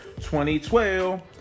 2012